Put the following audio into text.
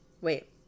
Wait